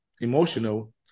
emotional